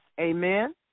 Amen